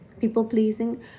people-pleasing